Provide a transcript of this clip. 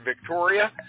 Victoria